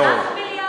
מאוד.